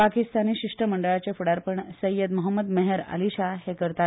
पाकिस्तानी शिष्टमंडळाचे फुडारपण सय्यद मोहम्मद मेहर अलिशाह हे करतात